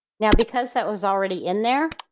now because that was already in there,